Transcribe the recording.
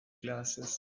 glasses